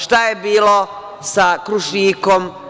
Šta je bilo sa „Krušikom“